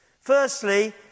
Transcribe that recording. Firstly